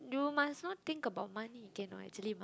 know must not think about money k no actually must